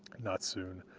not soon,